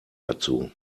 dazu